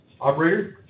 Operator